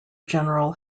general